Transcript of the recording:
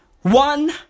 One